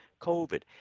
COVID